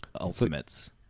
Ultimates